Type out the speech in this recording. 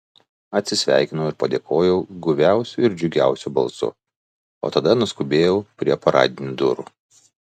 atsisveikinau ir padėkojau guviausiu ir džiugiausiu balsu o tada nuskubėjau prie paradinių durų